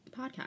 podcast